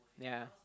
ya